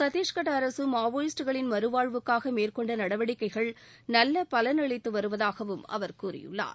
சத்தீஷ்கட் அரசு மாவோயிஸ்ட்டுகளின் மறுவாழ்வுக்காக மேற்கொண்ட நடவடிக்கைகள் நல்ல பலன் அளித்து வருவதாகவும் அவர் கூறியுள்ளார்